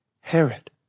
Herod